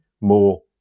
more